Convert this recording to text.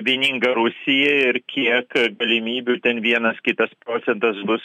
vieninga rusija ir kiek galimybių ten vienas kitas procentas bus